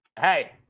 Hey